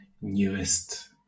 newest